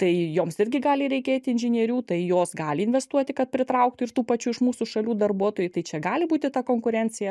tai joms irgi gali reikėti inžinierių tai jos gali investuoti kad pritrauktų ir tų pačių iš mūsų šalių darbuotojai tai čia gali būti ta konkurencija